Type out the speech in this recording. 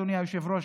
אדוני היושב-ראש,